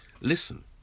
Listen